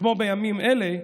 כמו בימים אלה,